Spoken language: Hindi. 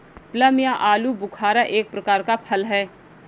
प्लम या आलूबुखारा एक प्रकार का फल है